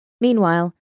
Meanwhile